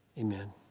Amen